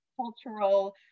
cultural